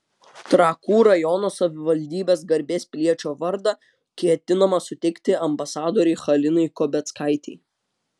trakų rajono savivaldybės garbės piliečio vardą ketinama suteikti ambasadorei halinai kobeckaitei